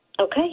Okay